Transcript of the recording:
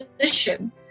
position